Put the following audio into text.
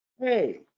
Hey